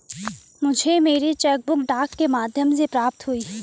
मुझे मेरी cheque book डाक के माध्यम से प्राप्त हुई है